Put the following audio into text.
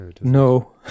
no